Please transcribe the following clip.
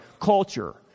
culture